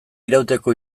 irauteko